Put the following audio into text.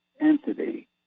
entity